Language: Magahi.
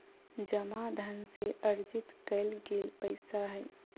जमा धन से अर्जित कइल गेल पैसा हइ